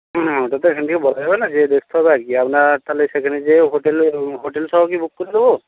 ওটা তো এখান থেকে বলা যাবে না গিয়ে দেখতে হবে আর কী আপনার তাহলে সেখানে গিয়ে হোটেলে হোটেল সহ কি বুক করে দেবো